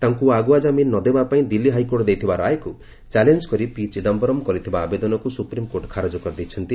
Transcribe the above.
ତାଙ୍କୁ ଆଗୁଆ ଜାମିନ୍ ନ ଦେବାପାଇଁ ଦିଲ୍ଲୀ ହାଇକୋର୍ଟ ଦେଇଥିବା ରାୟକୁ ଚ୍ୟାଲେଞ୍ କରି ପି ଚିଦାମ୍ଘରମ୍ କରିଥିବା ଆବେଦନକୁ ସୁପ୍ରିମ୍କୋର୍ଟ ଖାରଜ କରିଦେଇଛନ୍ତି